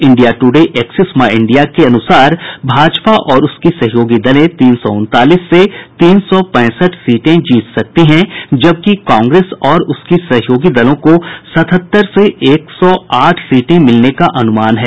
India ट्र्डे Axis my India के अनुसार भाजपा और उसकी सहयोगी दलें तीन सौ उनतालीस से तीन सौ पैंसठ सीटें जीत सकती हैं जबकि कांग्रेस और उसकी सहयोगी दलों को सतहत्तर से एक सौ आठ सीटें मिलने का अनुमान है